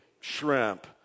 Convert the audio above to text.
shrimp